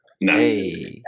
Nice